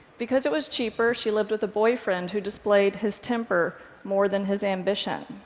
because it was cheaper, she lived with a boyfriend who displayed his temper more than his ambition.